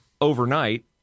overnight